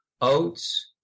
oats